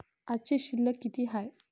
आजची शिल्लक किती हाय?